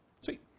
Sweet